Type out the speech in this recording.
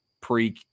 pre